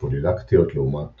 פולילקטיות לעומת